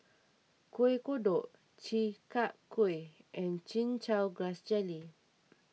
Kueh Kodok Chi Kak Kuih and Chin Chow Grass Jelly